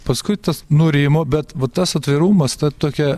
paskui tas nurimo bet vat tas atvirumas ta tokia